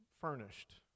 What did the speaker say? furnished